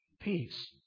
peace